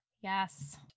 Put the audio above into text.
Yes